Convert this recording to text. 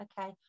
okay